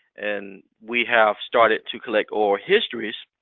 and we have started to collect oral histories